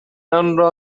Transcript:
آنرا